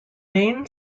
main